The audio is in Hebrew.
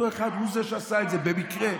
אותו אחד הוא זה שעשה את זה, במקרה.